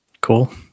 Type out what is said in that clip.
Cool